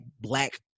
black